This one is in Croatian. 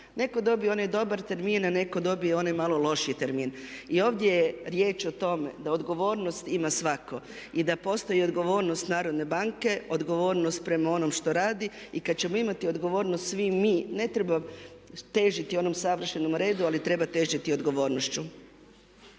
Netko dobije onaj dobar termin a netko dobije onaj malo lošiji termin. I ovdje je riječ o tome da odgovornost ima svatko i da postoji odgovornost narodne banke, odgovornost prema onom što radi. I kada ćemo imati odgovornost svi mi ne treba težiti onom savršenom redu ali treba težiti odgovornošću.